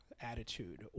Attitude